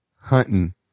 Hunting